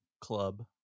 club